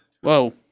Whoa